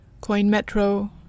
CoinMetro